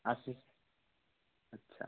আশি আচ্ছা